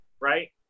right